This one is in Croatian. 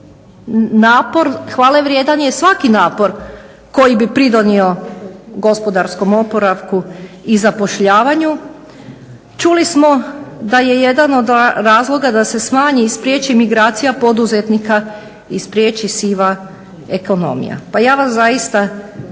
hvalevrijedan je svaki napor koji bi pridonio gospodarskom oporavku i zapošljavanju. Čuli smo da je jedan od razloga da se smanji i spriječi migracija poduzetnika i spriječi siva ekonomija. Pa ja vas zaista